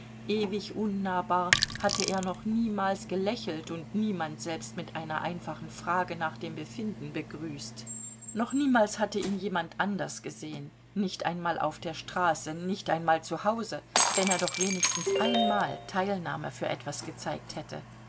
ewig unnahbar hatte er noch niemals gelächelt und niemand selbst mit einer einfachen frage nach dem befinden begrüßt noch niemals hatte ihn jemand anders gesehen nicht einmal auf der straße nicht einmal zu hause wenn er doch wenigstens einmal teilnahme für etwas gezeigt hätte